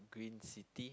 green city